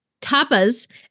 tapas